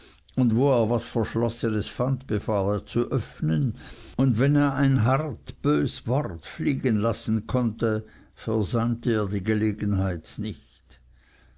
und wo er was verschlossenes fand befahl er zu öffnen und wenn er ein hart bös wort fliegen lassen konnte versäumte er die gelegenheit nicht